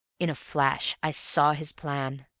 in a flash i saw his plan.